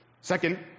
Second